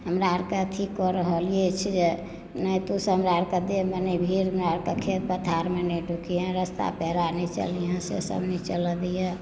हमरा अर कऽ अथी कऽ रहल अछि जे नहि तूसभ हमरा आओरके देहमे नहि भीड़ हमरा आओरके खेत पथारमे नहि ढूकिहेँ रस्ता पेड़ा नहि चलिहेँ सेसभ नहि चलय दैए